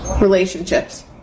Relationships